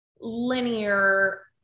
linear